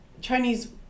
chinese